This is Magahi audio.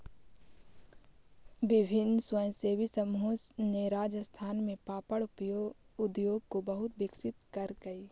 विभिन्न स्वयंसेवी समूहों ने राजस्थान में पापड़ उद्योग को बहुत विकसित करकई